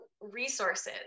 resources